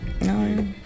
No